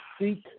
seek